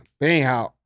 anyhow